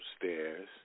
upstairs